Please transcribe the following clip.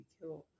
killed